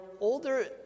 older